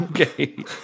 Okay